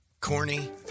Corny